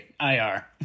IR